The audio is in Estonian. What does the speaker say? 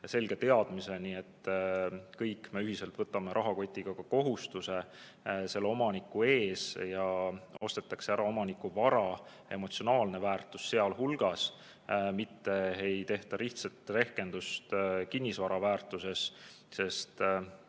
selge teadmiseni, et kõik me ühiselt võtame rahakotiga kohustuse selle omaniku ees. Ostetakse ära omaniku vara, emotsionaalne väärtus seal hulgas, mitte ei tehta lihtsalt rehkendust kinnisvaraväärtuses. Nii